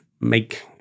make